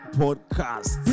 podcast